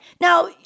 Now